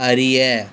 அறிய